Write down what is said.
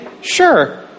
Sure